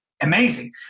Amazing